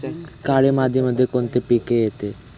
काळी मातीमध्ये कोणते पिके येते?